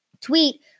tweet